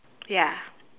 ya